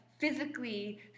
physically